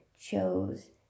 chose